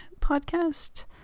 Podcast